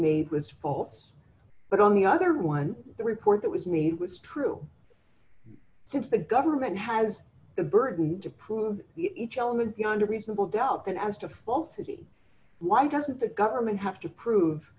was false but on the other one the report that was made was true since the government has the burden to prove each element beyond a reasonable doubt then as to falsity why doesn't the government have to prove